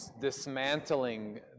dismantling